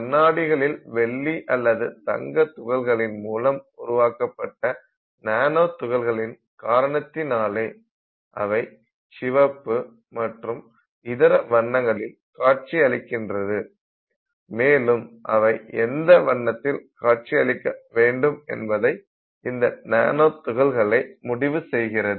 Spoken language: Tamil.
கண்ணாடிகளில் வெள்ளி அல்லது தங்கத் துகள்களின் மூலம் உருவாக்கப்பட்ட நானோ துகள்களின் காரணத்தாலே அவை சிவப்பு மற்றும் இதர வண்ணங்களில் காட்சியளிக்கின்றது மேலும் அவை எந்த வண்ணத்தில் காட்சி அளிக்க வேண்டும் என்பதை அந்த நானோ துகள்களே முடிவு செய்கிறது